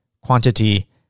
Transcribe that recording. quantity